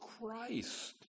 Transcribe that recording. Christ